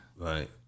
Right